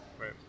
Right